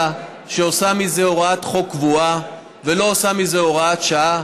שעושה מזה הוראת חוק קבועה ולא עושה מזה הוראת שעה.